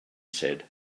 said